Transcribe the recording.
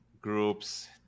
groups